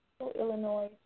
Illinois